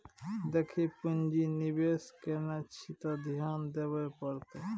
देखी पुंजी निवेश केने छी त ध्यान देबेय पड़तौ